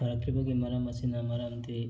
ꯐꯔꯛꯇ꯭ꯔꯤꯕꯒꯤ ꯃꯔꯝ ꯑꯁꯤꯅ ꯃꯔꯝꯗꯤ